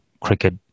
cricket